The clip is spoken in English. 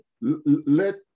Let